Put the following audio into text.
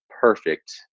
perfect